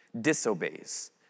disobeys